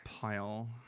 pile